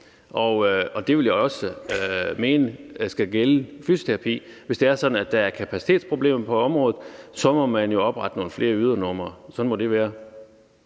og det vil jeg også mene skal gælde fysioterapi. Hvis det er sådan, at der er kapacitetsproblemer på området, må man jo oprette nogle flere ydernumre – sådan må det være.